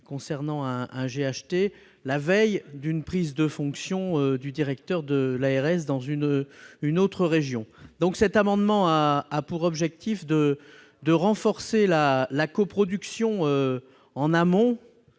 concernant un GHT la veille de la prise de fonctions du directeur de l'ARS dans une autre région. Cet amendement a pour objet de renforcer la coproduction en amont,